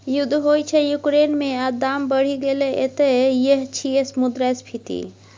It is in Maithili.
युद्ध होइ छै युक्रेन मे आ दाम बढ़ि गेलै एतय यैह छियै मुद्रास्फीति